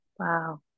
Wow